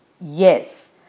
Yes